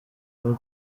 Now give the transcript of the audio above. aho